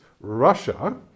Russia